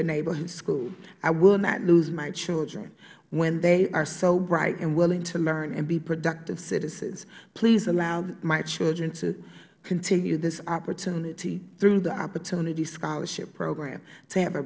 neighborhood school i will not lose my children when they are so bright and willing to learn and be productive citizens please allow my children to continue this opportunity through the opportunity scholarship program t